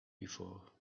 before